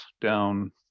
down